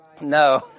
no